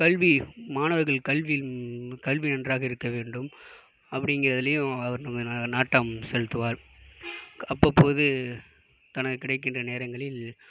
கல்வி மாணவர்கள் கல்வி கல்வி நன்றாக இருக்க வேண்டும் அப்டிங்கறதுலேயும் அவர் நாட்டம் செலுத்துவார் அப்ப போது தனக்கு கிடைக்கின்ற நேரங்களில்